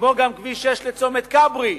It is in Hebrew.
כמו גם כביש 6 לצומת כברי,